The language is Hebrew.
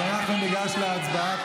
אז אנחנו ניגש להצבעה.